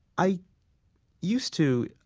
i used to.